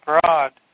Broad